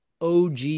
OG